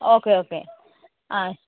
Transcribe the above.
okay okay ആ